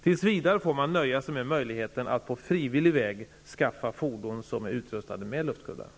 Tills vidare får man nöja sig med möjligheten att på frivillig väg skaffa fordon som är utrustade med luftkuddar.